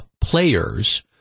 players